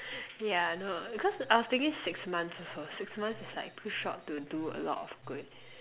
yeah I know cause I was thinking six months also six months is like too short to do a lot of good